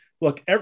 Look